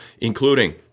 including